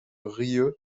rieu